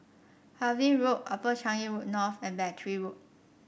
Harvey Road Upper Changi Road North and Battery Road